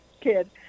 kid